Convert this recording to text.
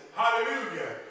hallelujah